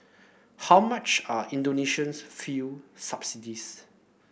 how much are Indonesia's fuel subsidies